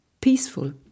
peaceful